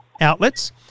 outlets